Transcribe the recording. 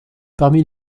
parmi